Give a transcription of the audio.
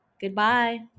Goodbye